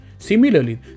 Similarly